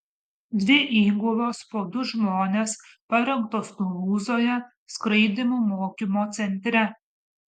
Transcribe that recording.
dvi įgulos po du žmones parengtos tulūzoje skraidymų mokymo centre